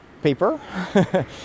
paper